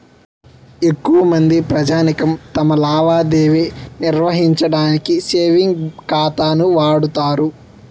ఎక్కువమంది ప్రజానీకం తమ లావాదేవీ నిర్వహించడానికి సేవింగ్ ఖాతాను వాడుతారు